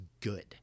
good